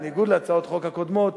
בניגוד להצעות חוק הקודמות,